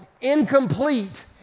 incomplete